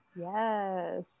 Yes